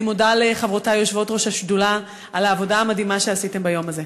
אני מודה לחברותי יושבות-ראש השדולה על העבודה המדהימה שעשיתן ביום הזה.